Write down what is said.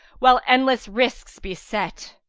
while endless risks beset.